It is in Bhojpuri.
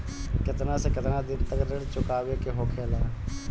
केतना से केतना दिन तक ऋण चुकावे के होखेला?